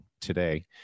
today